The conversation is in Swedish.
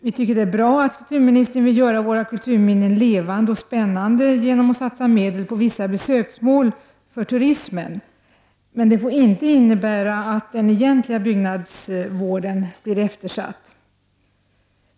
Vi tycker att det är bra att kulturministern vill göra våra kulturminnen levande och spännande genom att satsa medel på vissa besöksmål för turismen, men det får inte innebära att den egentliga byggnadsvården blir eftersatt.